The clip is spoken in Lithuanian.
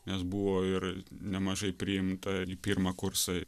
nes buvo ir nemažai priimta į pirmą kursą